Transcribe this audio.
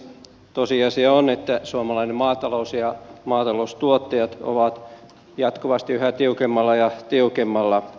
tosiasia on että suomalainen maatalous ja maataloustuottajat ovat jatkuvasti yhä tiukemmalla ja tiukemmalla